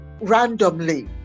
randomly